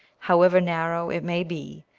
however narrow it may be,